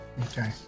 Okay